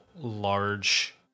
large